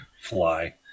fly